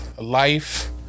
Life